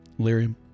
Lyrium